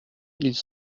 ils